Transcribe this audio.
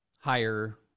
higher